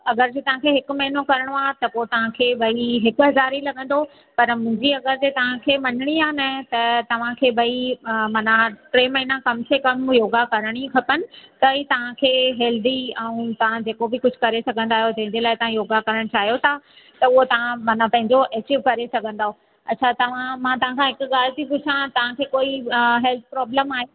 अगरि जे तव्हांखे हिकु महीनो करिणो आहे त पोइ तव्हांखे भई हिकु हज़ार ही लॻंदो पर मुंहिजी अगरि जे तव्हांखे मञणी आहे न त तव्हांखे भई माना टे महीना कम से कम योगा करिणी खपनि त ई तव्हांखे हेल्दी ऐं तव्हां जेको बि कुझु करे सघंदा आहियो जंहिंजे लाइ तव्हां योगा करणु चाहियो था त उहो तव्हां माना पंहिंजो अचीव करे सघंदव अछा तव्हां मां तव्हांखां हिकु ॻाल्हि थी पुछां तव्हांखे कोई हेल्थ प्रोब्लम आहे